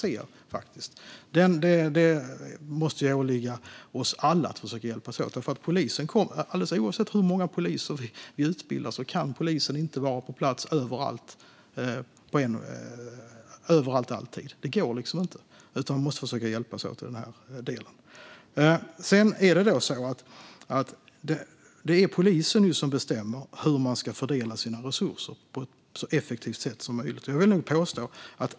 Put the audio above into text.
Det måste åligga oss alla att hjälpas åt, för alldeles oavsett hur många poliser vi utbildar kan polisen inte vara på plats överallt alltid. Det går inte. Vi måste försöka hjälpas åt här. Det är polisen som bestämmer hur man ska fördela resurserna så effektivt som möjligt.